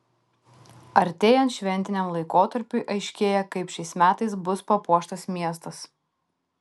artėjant šventiniam laikotarpiui aiškėja kaip šiais metais bus papuoštas miestas